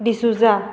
D'Souza